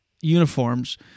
uniforms